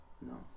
No